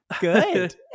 good